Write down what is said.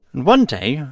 and one day,